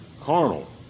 carnal